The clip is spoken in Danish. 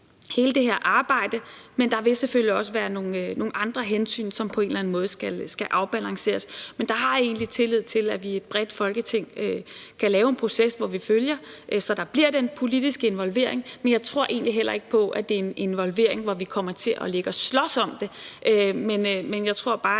hele det her arbejde. Men der vil selvfølgelig også være nogle andre hensyn, som på en eller anden måde skal afbalanceres. Men der har jeg egentlig tillid til, at vi bredt i Folketinget kan lave en proces, hvor vi følger det, så der bliver den politiske involvering. Men jeg tror egentlig ikke, at det er en involvering af en karakter, hvor vi kommer til at slås om det. Jeg tror bare